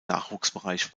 nachwuchsbereich